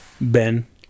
Ben